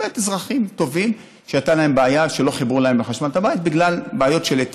אזרחים טובים שהייתה להם בעיה שלא חיברו להם אתה